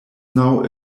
now